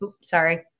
Sorry